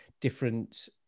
different